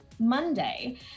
Monday